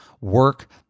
work